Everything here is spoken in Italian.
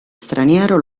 straniero